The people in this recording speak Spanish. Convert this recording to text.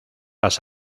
las